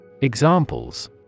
Examples